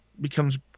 becomes